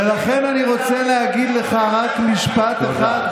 ולכן אני רוצה להגיד לך רק משפט אחד,